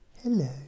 hello